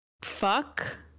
fuck